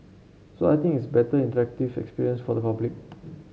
so I think it's a better interactive experience for the public